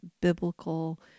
biblical